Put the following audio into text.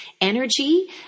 energy